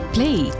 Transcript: Play